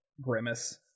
grimace